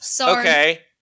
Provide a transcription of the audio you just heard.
Okay